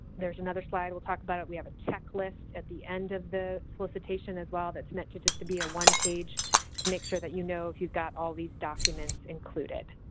there's another slide we'll talk about. we have a checklist at the end of the solicitation as well. that's meant to just to be a one page to make sure that you know if you've got all these documents included.